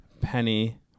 Penny